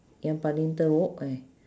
yang paling teruk eh